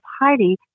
Heidi